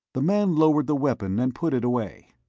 the man lowered the weapon and put it away.